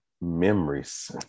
Memories